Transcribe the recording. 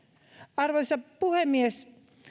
arvoisa puhemies